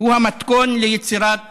הוא המתכון ליצירת